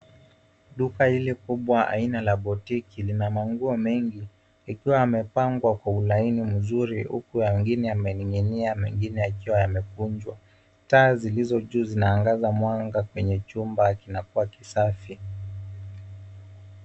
Duka hili kubwa aina la botiki lina manguo mengi yakiwa yamepangwa kwa ulaini mzuri huku mengine yameninginia mengine yakiwa yamekunjwa. Taa zilizojuu zinaangaza mwanga kwenye chumba kinakuwa kisafi.